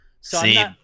See